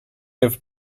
have